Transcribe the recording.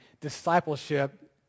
discipleship